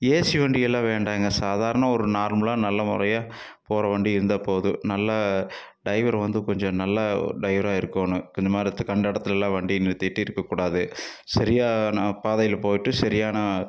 AC வண்டியெல்லாம் வேண்டாங்க சாதாரண ஒரு நார்மலாக நல்ல முறையாக போகிற வண்டி இருந்தால் போதும் நல்ல டிரைவர் வந்து கொஞ்சம் நல்ல டிரைவராக இருக்கணும் இந்த மாதிரித்து கண்ட இடத்துலலாம் வண்டியை நிறுத்திவிட்டு இருக்கக்கூடாது சரியான பாதையில் போயிட்டு சரியான